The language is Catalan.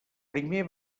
primer